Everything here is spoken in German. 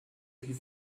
wie